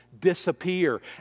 disappear